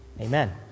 Amen